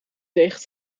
tegen